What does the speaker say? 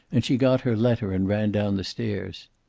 and she got her letter and ran down the stairs.